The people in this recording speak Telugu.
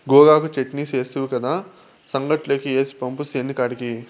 గోగాకు చెట్నీ సేస్తివి కదా, సంగట్లోకి ఏసి పంపు సేనికాడికి